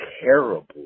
terrible